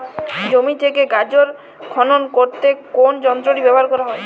জমি থেকে গাজর খনন করতে কোন যন্ত্রটি ব্যবহার করা হয়?